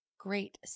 great